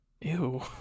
Ew